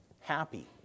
happy